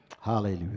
hallelujah